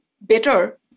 better